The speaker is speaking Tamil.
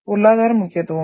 பொருளாதார முக்கியத்துவம்